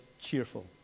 cheerful